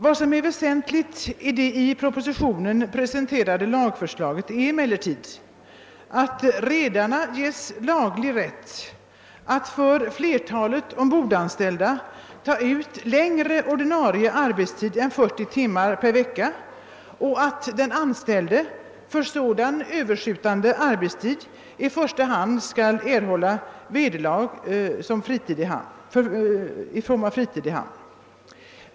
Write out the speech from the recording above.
Vad som är väsentligt i det i propositionen presenterade lagförslaget är emellertid att redarna ges laglig rätt att för flertalet ombordanställda ta ut längre ordinarie arbetstid än 40 timmar per vecka och att den anställde för sådan överskjutande arbetstid i första hand skall erhålla vederlag i form av fritid i hamn.